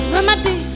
Remedy